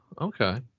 Okay